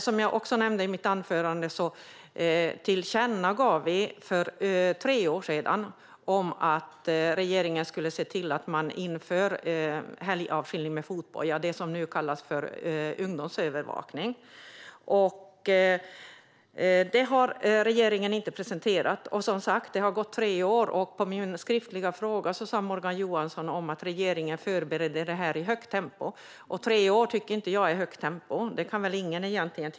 Som jag också nämnde i mitt anförande tillkännagav vi för tre år sedan att regeringen skulle se till att införa helgavskiljning med fotboja - det som nu kallas för ungdomsövervakning. Detta har regeringen inte presenterat. Det har som sagt gått tre år, och som svar på min skriftliga fråga sa Morgan Johansson att regeringen förbereder detta i högt tempo. Tre år tycker inte jag är högt tempo.